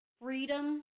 freedom